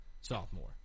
sophomore